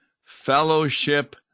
fellowship